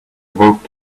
awoke